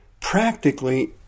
practically